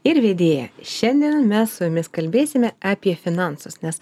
ir vedėja šiandien mes su jumis kalbėsime apie finansus nes